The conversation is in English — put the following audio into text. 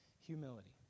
humility